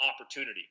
opportunity